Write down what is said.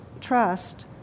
trust